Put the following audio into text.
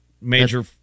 major